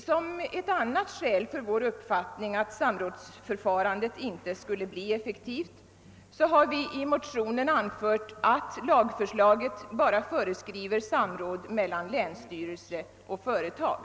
Som ett annat skäl för vår uppfattning att samrådsförfarandet inte skulle bli effektivt har vi i motionen anfört att lagförslaget bara föreskriver samråd mellan länsstyrelse och företag.